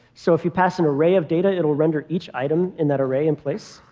so if you pass an array of data, it'll render each item in that array in place.